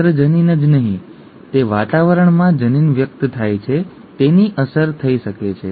માત્ર જનીન જ નહીં જે વાતાવરણમાં જનીન વ્યક્ત થાય છે તેની અસર થઈ શકે છે